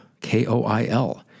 K-O-I-L